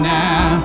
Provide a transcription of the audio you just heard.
now